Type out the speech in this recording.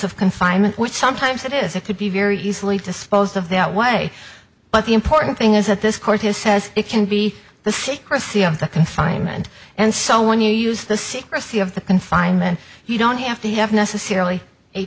of confinement which sometimes it is it could be very easily disposed of the way but the important thing is that this court has says it can be the secrecy of the confinement and so when you use the secrecy of the confinement you don't have to have necessarily a